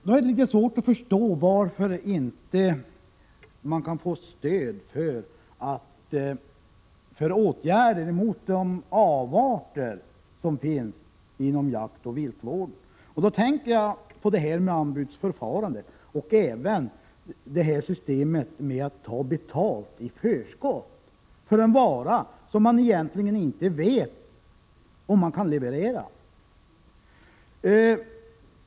Då är det litet svårt för mig att förstå varför man inte kan få stöd för åtgärder mot de avarter som finns inom jakten och viltvården. Då tänker jag på det här med anbudsförfarande och systemet med att ta betalt i förskott för en vara, som man egentligen inte vet om man kan leverera.